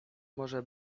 może